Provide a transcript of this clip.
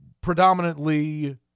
predominantly